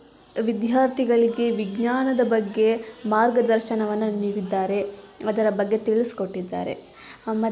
ವಿದ್ಯಾರ್ಥಿಗಳಿಗೆ ವಿಜ್ಞಾನದ ಬಗ್ಗೆ ಮಾರ್ಗದರ್ಶನವನ್ನು ನೀಡಿದ್ದಾರೆ ಅದರ ಬಗ್ಗೆ ತಿಳಿಸ್ಕೊಟ್ಟಿದ್ದಾರೆ ಮತ್ತು